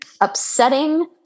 upsetting